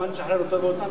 נשחרר אותו ואותנו,